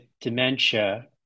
dementia